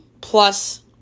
plus